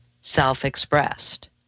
self-expressed